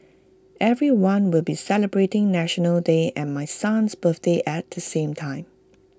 everyone will be celebrating National Day and my son's birthday at the same time